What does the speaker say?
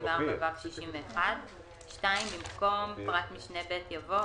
284(ו)- 61". (2)במקום פרט משנה (ב) יבוא: